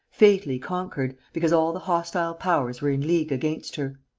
fatally conquered, because all the hostile powers were in league against her.